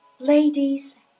Ladies